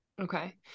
Okay